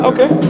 Okay